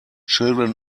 children